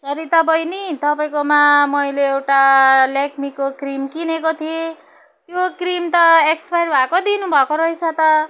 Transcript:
सरिता बैनी तपाईँकोमा मैले एउटा लेक्मीको क्रिम किनेको थिएँ त्यो क्रिम त एक्सपायर भएको दिनुभएको रहेछ त